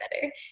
better